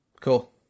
Cool